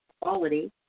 quality